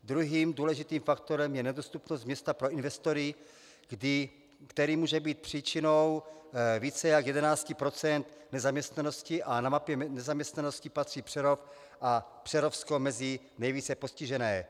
Druhým důležitým faktorem je nedostupnost města pro investory, která může být příčinou více jak 11 % nezaměstnanosti, a na mapě nezaměstnanosti patří Přerov a Přerovsko mezi nejvíce postižené.